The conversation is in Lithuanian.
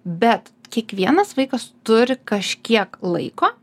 bet kiekvienas vaikas turi kažkiek laiko